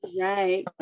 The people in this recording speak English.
Right